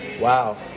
Wow